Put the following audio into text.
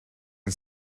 and